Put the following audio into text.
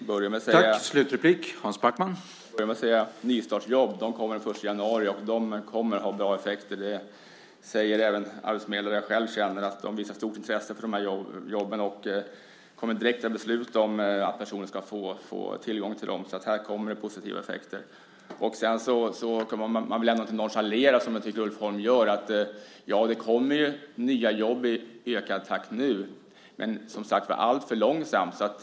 Herr talman! Jag ska börja med att säga att nystartsjobben kommer först i januari, och de kommer att ha en bra effekt. Det säger även arbetsförmedlare som jag själv känner. De visar stort intresse för dessa jobb och kommer direkt att besluta om att personer ska få tillgång till dem. Så här kommer det positiva effekter. Man kan väl ändå inte nonchalera, vilket jag tycker att Ulf Holm gör, att det i ökad takt kommer nya jobb nu. Men, som sagt, det sker alltför långsamt.